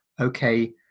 okay